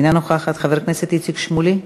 אינה נוכחת, חבר הכנסת איציק שמולי,